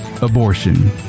Abortion